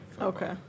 Okay